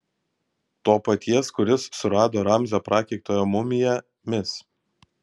to paties kuris surado ramzio prakeiktojo mumiją mis